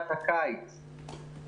משרד החינוך והסתדרות המורים,